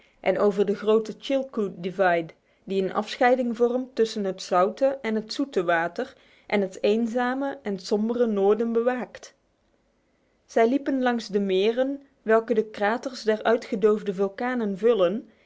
en over de grote chilcoot divide die een afscheiding vormt tussen het zoute en het zoete water en het eenzame en sombere noorden bewaakt zij liepen langs de meren welke de kraters der uitgedoofde vulkanen vullen